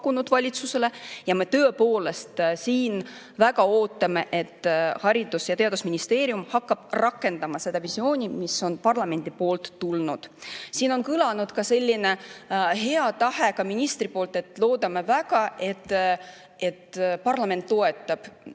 valitsusele, ja me siin väga ootame, et Haridus‑ ja Teadusministeerium hakkab rakendama seda visiooni, mis on parlamendilt tulnud. Siin on kõlanud selline hea tahe ka ministri poolt, et loodame väga, et parlament toetab.